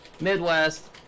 Midwest